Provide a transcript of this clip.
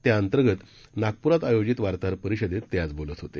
त्याअंतर्गत नागप्रात आयोजित वार्ताहर परिषदेत ते आज बोलत होते